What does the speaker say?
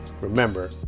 Remember